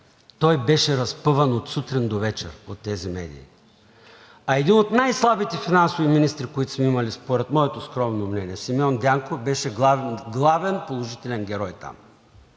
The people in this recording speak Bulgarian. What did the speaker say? Той беше разпъван от сутрин до вечер от тези медии. А един от най-слабите финансови министри, които сме имали според моето скромно мнение – Симеон Дянков, беше главен положителен герой там.